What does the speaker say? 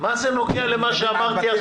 מה זה נוגע למה שאמרתי?